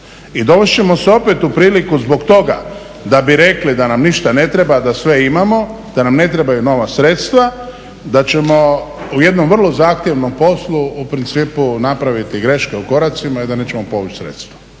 I dovest ćemo se opet u priliku zbog toga da bi rekli da nam ništa ne treba, da sve imamo, da nam ne trebaju nova sredstva, da ćemo u jednom vrlo zahtjevnom poslu u principu napraviti greške u koracima i da nećemo povući sredstva.